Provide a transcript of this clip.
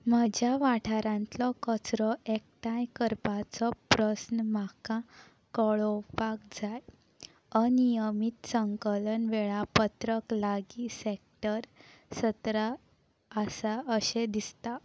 म्हज्या वाठारांतलो कचरो एकठांय करपाचो प्रस्न म्हाका कळोवपाक जाय अनियमीत संकलन वेळापत्रक लागीं सॅक्टर सतरा आसा अशें दिसता